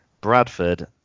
Bradford